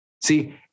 See